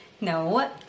No